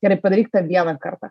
gerai padaryk per vieną kartą